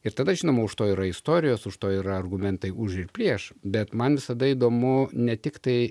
ir tada žinoma už to yra istorijos už to ir argumentai už ir prieš bet man visada įdomu ne tik tai